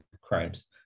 crimes